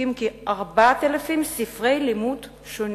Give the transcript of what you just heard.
המפיקים כ-4,000 ספרי לימוד שונים.